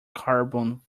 carbon